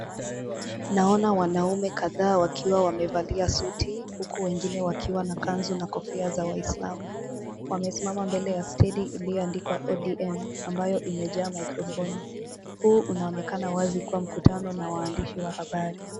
Naona wanaume kadhaa wakiwa wamevalia suti huku wengine wakiwa na kanzu na kofia za waislamu. Wamesimama mbele ya stedi iliyoandikwa ODM ambayo imejaa microphone . Huu unaonekana wazi kuwa mkutano na waandishi wa habari.